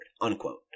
Unquote